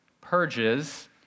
purges